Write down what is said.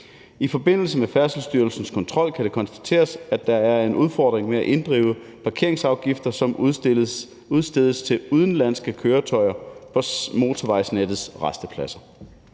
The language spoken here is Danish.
I forbindelse med Færdselsstyrelsens kontrol kan det konstateres, at der er en udfordring med at inddrive parkeringsafgifter, som udstedes til udenlandske køretøjer trods motorvejsnettets rastepladser.